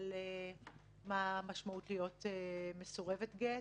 על המשמעות בלהיות מסורבת גט,